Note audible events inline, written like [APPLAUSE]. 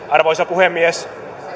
[UNINTELLIGIBLE] arvoisa puhemies